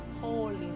holy